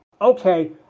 okay